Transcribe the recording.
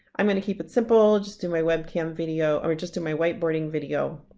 i'm gonna keep it simple just do my webcam video over just in my whiteboarding video